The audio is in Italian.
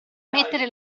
mettere